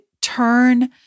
turn